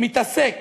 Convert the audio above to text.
מתעסק